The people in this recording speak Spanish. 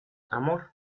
amor